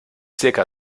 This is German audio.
zirka